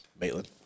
Maitland